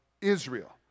Israel